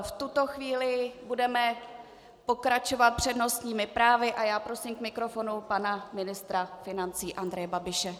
V tuto chvíli budeme pokračovat přednostními právy a já prosím k mikrofonu pana ministra financí Andreje Babiše.